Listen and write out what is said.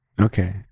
okay